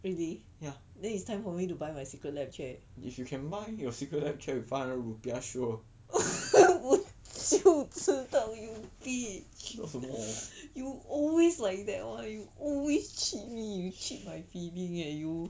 ya if you can buy your Secret Lab chair with five hundred rupiah sure 做什么